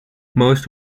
most